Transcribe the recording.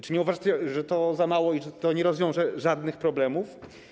Czy nie uważacie, że to za mało i że to nie rozwiąże żadnych problemów?